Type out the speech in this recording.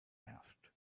asked